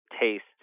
taste